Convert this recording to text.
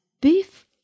Beef